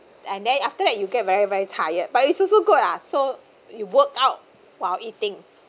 and then after that you get very very tired but it's also good ah so you work out while eating